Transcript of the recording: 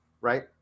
Right